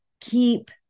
keep